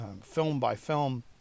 film-by-film